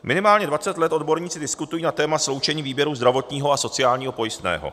Minimálně 29 let odborníci diskutují na téma sloučení výběru zdravotního a sociálního pojistného.